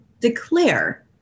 Declare